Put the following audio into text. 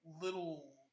little